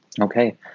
Okay